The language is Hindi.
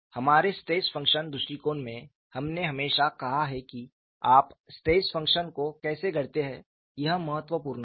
हमारे स्ट्रेस फंक्शन दृष्टिकोण में हमने हमेशा कहा है कि आप स्ट्रेस फंक्शन को कैसे गढ़ते हैं यह महत्वपूर्ण है